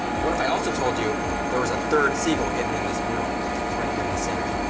what if i also told you there was a third seagull hidden in this mural, it's right here in the center,